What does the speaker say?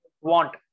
want